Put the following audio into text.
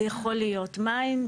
זה יכול להיות מים,